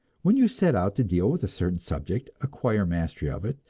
when you set out to deal with a certain subject, acquire mastery of it,